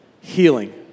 healing